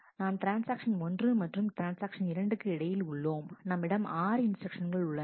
நாம் ட்ரான்ஸ்ஆக்ஷன் 1 மற்றும் ட்ரான்ஸ்ஆக்ஷன் 2 க்கு இடையில் உள்ளோம் நம்மிடம் 6 இன்ஸ்டிரக்ஷன்கள் உள்ளன